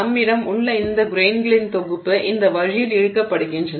நம்மிடம் உள்ள இந்த கிரெய்ன்களின் தொகுப்பு இந்த வழியில் இழுக்கப்படுகின்றன